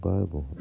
Bible